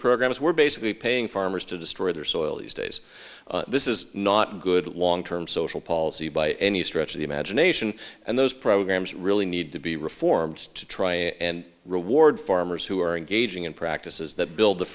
programs we're basically paying farmers to destroy their soil these days this is not a good long term social policy by any stretch of the imagination and those programs really need to be reformed to try and reward farmers who are engaging in practices that build the